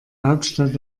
hauptstadt